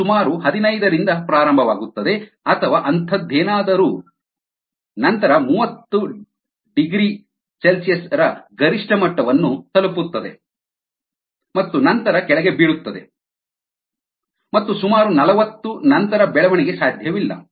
ಇದು ಸುಮಾರು ಹದಿನೈದರಿಂದ ಪ್ರಾರಂಭವಾಗುತ್ತದೆ ಅಥವಾ ಅಂತಹದ್ದೇನಾದರೂ ನಂತರ 30 ರ ಗರಿಷ್ಠ ಮಟ್ಟವನ್ನು ತಲುಪುತ್ತದೆ ಮತ್ತು ನಂತರ ಕೆಳಗೆ ಬೀಳುತ್ತದೆ ಮತ್ತು ಸುಮಾರು ನಲವತ್ತು ನಂತರ ಬೆಳವಣಿಗೆ ಸಾಧ್ಯವಿಲ್ಲ